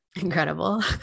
Incredible